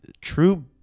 true